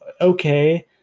okay